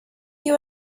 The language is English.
you